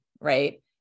right